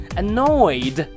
annoyed